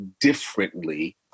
differently